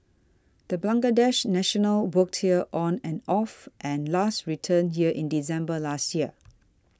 the Bangladesh national worked here on and off and last returned here in December last year